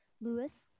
Lewis